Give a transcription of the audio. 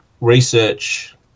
research